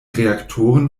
reaktoren